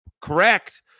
Correct